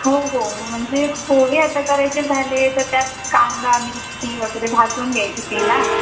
हो हो म्हणजे पोहे आता करायचे झाले तर त्यात कांदा मिरची वगैरे भाजून घ्यायची तेलात